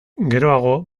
geroago